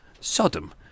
sodom